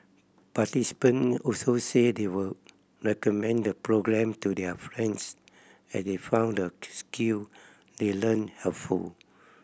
participant also said they would recommend the programme to their friends as they found the skill they learnt helpful